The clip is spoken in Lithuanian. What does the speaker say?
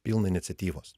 pilną iniciatyvos